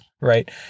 right